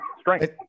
Strength